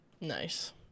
Nice